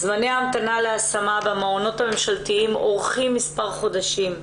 זמני ההמתנה להשמה במעונות הממשלתיים עורכים מספר חודשים.